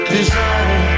Desire